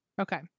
Okay